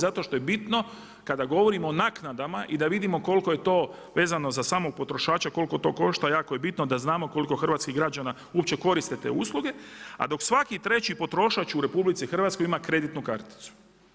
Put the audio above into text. Zato što je bitno kada govorimo o naknadama i da vidimo koliko je to vezano za samog potrošača koliko to košta, jako je bitno da znamo koliko hrvatskih građana uopće koriste te usluge, a dok svaki treći potrošač u RH ima kreditnu karticu.